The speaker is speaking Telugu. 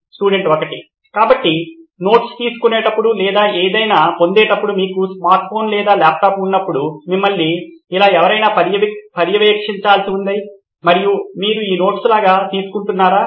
స్టూడెంట్ 1 కాబట్టి నోట్స్ తీసుకునేటప్పుడు లేదా ఏదైనా పొందేటప్పుడు మీకు స్మార్ట్ ఫోన్ లేదా ల్యాప్టాప్ ఉన్నప్పుడు మిమ్మల్ని ఇలా ఎవరైనా పర్యవేక్షించాల్సి ఉంది మరియు మీరు ఈ నోట్స్ లాగా తీసుకుంటున్నారా